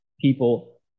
people